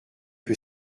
que